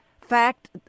fact